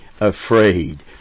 afraid